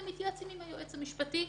הם מתייעצים עם היועץ המשפטי.